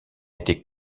été